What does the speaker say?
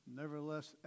Nevertheless